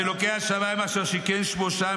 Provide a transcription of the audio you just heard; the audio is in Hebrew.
ואלוקי השמיים אשר שיכן את שמו שם,